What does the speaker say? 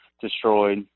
destroyed